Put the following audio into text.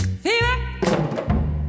Fever